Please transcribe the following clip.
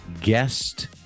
guest